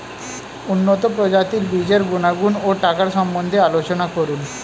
উন্নত প্রজাতির বীজের গুণাগুণ ও টাকার সম্বন্ধে আলোচনা করুন